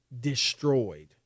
destroyed